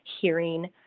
hearing